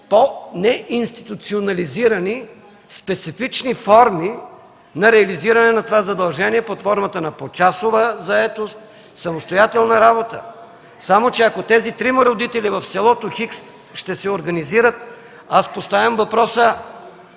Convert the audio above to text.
по-неинституционализирани, специфични форми на реализиране на това задължение под формата на почасова заетост, самостоятелна работа. Само че, ако тези трима родители в селото „Хикс” ще се организират, аз поставям въпроса: